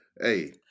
Hey